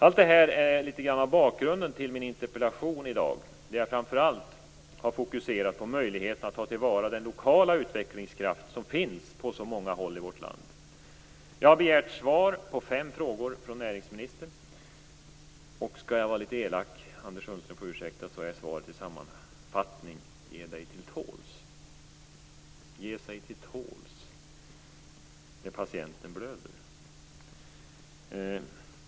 Allt detta är bakgrunden till min interpellation i dag. Jag har framför allt fokuserat på möjligheten att ta till vara den lokala utvecklingskraft som finns på så många håll i vårt land. Jag har begärt svar på fem frågor från näringsministern. Skall jag vara litet elak - Anders Sundström får ursäkta - är svaret i sammanfattning: Ge dig till tåls. Ge sig till tåls - när patienten blöder.